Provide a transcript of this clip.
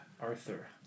Arthur